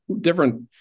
different –